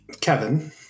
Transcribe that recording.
Kevin